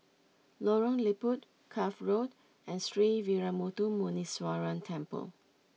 Lorong Liput Cuff Road and Sree Veeramuthu Muneeswaran Temple